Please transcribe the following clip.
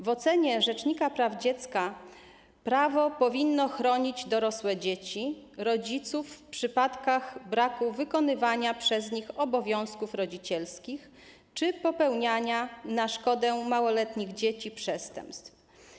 W ocenie rzecznika praw dziecka prawo powinno chronić dorosłe dzieci rodziców w przypadku braku wykonywania przez tych rodziców obowiązków rodzicielskich czy popełniania na szkodę małoletnich dzieci przestępstw.